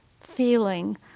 feeling